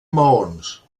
maons